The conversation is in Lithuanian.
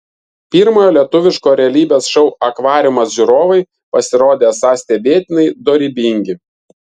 pirmojo lietuviško realybės šou akvariumas žiūrovai pasirodė esą stebėtinai dorybingi